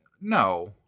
No